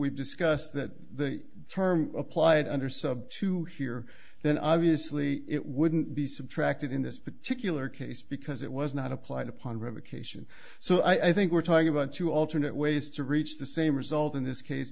we've discussed that the term applied under sub to here then obviously it wouldn't be subtracted in this particular case because it was not applied upon revocation so i think we're talking about two alternate ways to reach the same result in this case